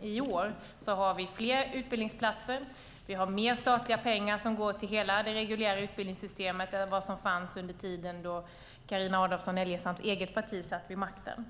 i år. Vi har fler utbildningsplatser. Vi har mer statliga pengar som går till hela det reguljära utbildningssystemet än vad som fanns under den tid då Carina Adolfsson Elgestams eget parti satt vid makten.